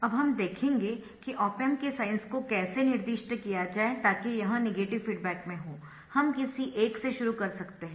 अब हम देखेंगे कि ऑप एम्प के साइंस को कैसे निर्दिष्ट किया जाए ताकि यह नेगेटिव फीडबैक में हो हम किसी एक से शुरू कर सकते है